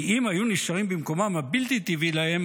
כי אם היו נשארים במקומם הבלתי-טבעי להם,